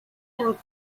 and